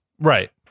Right